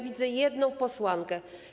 Widzę jedną posłankę.